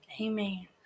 amen